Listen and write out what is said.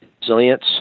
resilience